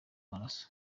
maraso